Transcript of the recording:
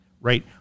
right